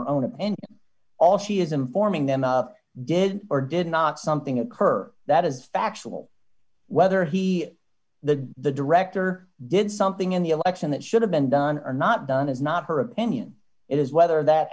our own and all she is informing them did or did not something occur that is factual whether he the the director did something in the election that should have been done or not done is not her opinion it is whether that